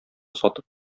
сатып